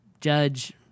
judge